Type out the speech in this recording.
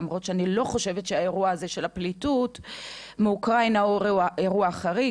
למרות שאני לא חושבת שהאירוע הזה של הפליטות מאוקראינה הוא אירוע חריג,